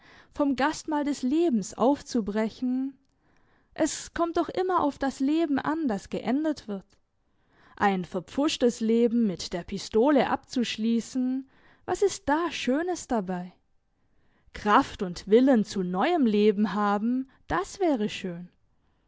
vom gastmahl des lebens aufzubrechen es kommt doch immer auf das leben an das geendet wird ein verpfuschtes leben mit der pistole abzuschliessen was ist da schönes dabei kraft und willen zu neuem leben haben das wäre schön